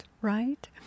right